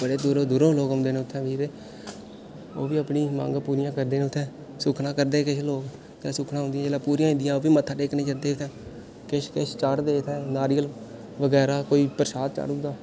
बड़े दूरा दूरा बी लोक औंदे न उत्थें बी ते ओह् बी मंगां पूरियां करदे न उत्थें सुक्खना करदे न किश लोक ते सुक्खना उं'दियां जिसलै पूरियां होई जंदियां तां ओह् मत्था टेकने गी जंदे न किश किश चाढ़दे उत्थें नारियल बगैरा कोई प्रशाद चाढ़ी ओड़दा